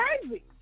crazy